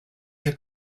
your